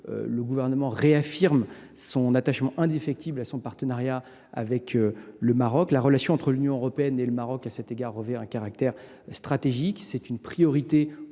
le Gouvernement réaffirme son attachement indéfectible à son partenariat avec le Maroc. La relation entre l’Union européenne et ce pays revêt un caractère stratégique. C’est une priorité